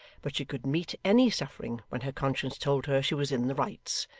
but she could meet any suffering when her conscience told her she was in the rights,